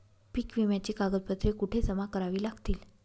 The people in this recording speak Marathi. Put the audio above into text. पीक विम्याची कागदपत्रे कुठे जमा करावी लागतील?